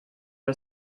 der